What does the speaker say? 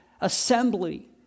assembly